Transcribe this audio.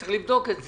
צריך לבדוק את זה.